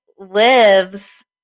Lives